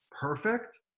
perfect